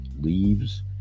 leaves